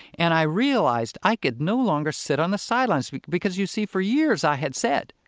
and i realized i could no longer sit on the sidelines. because, you see, for years, i had said,